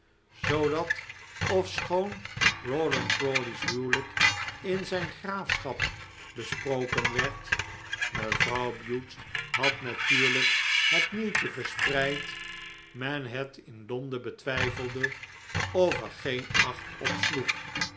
zoodat ofschoon rawdon crawley's huwelijk in zijn graafschap besproken ill werd mevrouw bute had natuurlijk het nieuwtje verspreid men het in londen betwijfelde of er geen acht op sloeg